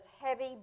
heavy